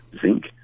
zinc